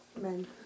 men